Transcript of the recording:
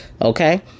Okay